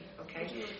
Okay